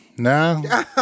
No